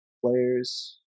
Players